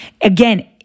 again